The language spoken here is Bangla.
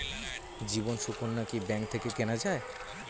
জীবন সুকন্যা কি ব্যাংক থেকে কেনা যায়?